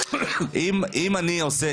אם אני עושה,